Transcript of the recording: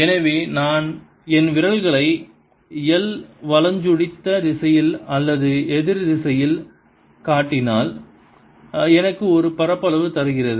எனவே நான் என் விரல்களை l வலஞ்சுழித்த திசையில் அல்லது எதிரெதிர் திசையில் கட்டினால் எனக்கு ஒரு பரப்பளவு தருகிறது